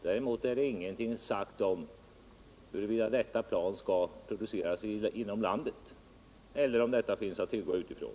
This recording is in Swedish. Däremot är ingenting sagt om huruvida ett sådant flygplan skall produceras inom landet eller köpas utifrån.